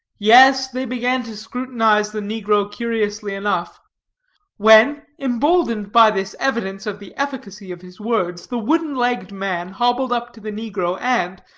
yes, they began to scrutinize the negro curiously enough when, emboldened by this evidence of the efficacy of his words, the wooden-legged man hobbled up to the negro, and,